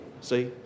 See